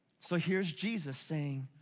so here's jesus saying,